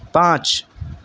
پانچ